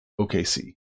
OKC